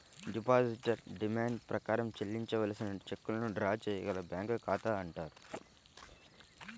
depositor demand ప్రకారం చెల్లించవలసిన చెక్కులను డ్రా చేయగల బ్యాంకు ఖాతా అంటారు